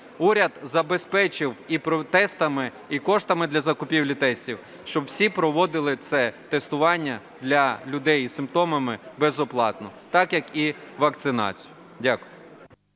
Уряд забезпечив тестами і коштами для закупівлі тестів, щоб всі проводили це тестування для людей з симптомами безоплатно так як і вакцинацію. Дякую.